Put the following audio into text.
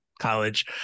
college